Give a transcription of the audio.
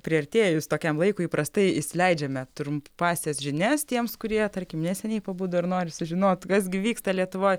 priartėjus tokiam laikui įprastai įsileidžiame trumpąsias žinias tiems kurie tarkim neseniai pabudo ir nori sužinot kas gi vyksta lietuvoj